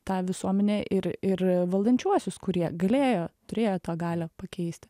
tą visuomenę ir ir valdančiuosius kurie galėjo turėjo tą galią pakeisti